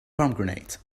pomegranate